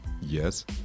yes